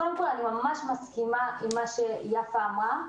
אני ממש מסכימה עם מה שיפה אמרה,